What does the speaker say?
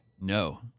No